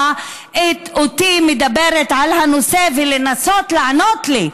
אותי מדברת על הנושא ולנסות לענות לי,